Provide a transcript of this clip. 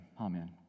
Amen